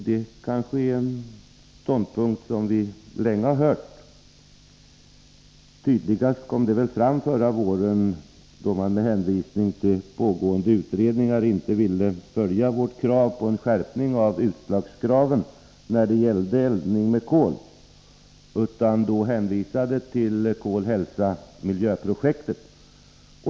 Det är en ståndpunkt som vi länge har kunnat konstatera. Tydligast kom den fram förra våren, när man med hänvisning till pågående utredningar inte ville gå med på vår begäran om en skärpning av utsläppskraven när det gällde eldning med kol. Man hänvisade till resultatet av projektet Kol — Hälsa — Miljö.